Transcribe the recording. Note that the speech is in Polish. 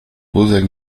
wózek